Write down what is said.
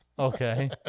Okay